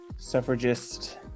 suffragist